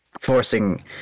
forcing